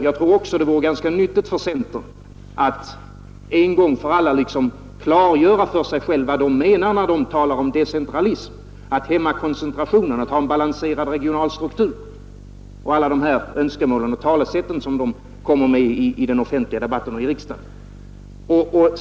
Jag tror också att det vore ganska nyttigt för centern, om man inom denna en gång för alla klargjorde vad man menar när man talar om decentralism, att hämma koncentrationen, att ha en balanserad regional struktur och alla de andra önskemål och talesätt som man för fram i den offentliga debatten och i riksdagen.